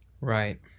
Right